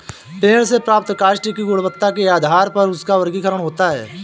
पेड़ से प्राप्त काष्ठ की गुणवत्ता के आधार पर उसका वर्गीकरण होता है